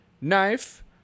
knife